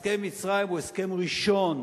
ההסכם עם מצרים הוא הסכם ראשון,